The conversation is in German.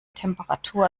temperatur